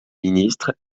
ministre